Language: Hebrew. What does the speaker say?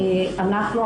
אנחנו,